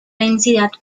densidad